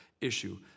issue